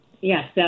Yes